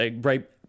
right